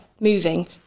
Moving